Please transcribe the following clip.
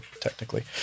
technically